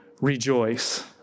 rejoice